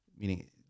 meaning